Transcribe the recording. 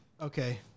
Okay